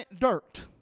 dirt